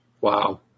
Wow